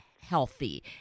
healthy